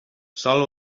sòl